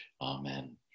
Amen